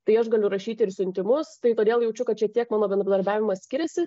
tai aš galiu rašyti ir siuntimus tai todėl jaučiu kad šiek tiek mano bendradarbiavimas skiriasi